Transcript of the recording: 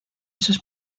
sus